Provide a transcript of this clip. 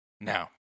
Now